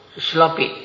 sloppy